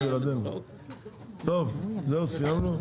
טוב זהו סיימנו?